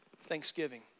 thanksgiving